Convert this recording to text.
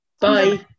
Bye